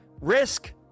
risk